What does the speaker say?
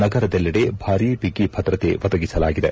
ನಗರದೆಲ್ಲೆಡೆ ಭಾರಿ ಬಿಗಿಭದ್ರತೆ ಒದಗಿಸಲಾಗಿದೆ